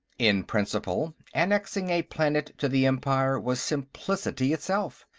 in principle, annexing a planet to the empire was simplicity itself,